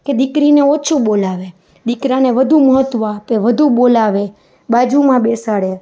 કે દીકરીને ઓછું બોલાવે દીકરાને વધુ મહત્વ આપે વધુ બોલાવે બાજુમાં બેસાડે